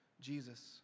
Jesus